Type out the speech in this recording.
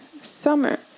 summer